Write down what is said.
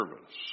service